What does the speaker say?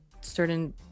certain